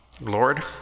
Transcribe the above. Lord